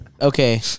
okay